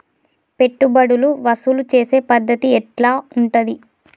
పెట్టుబడులు వసూలు చేసే పద్ధతి ఎట్లా ఉంటది?